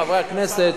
חברי הכנסת,